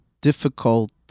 difficult